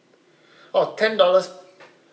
oh ten dollars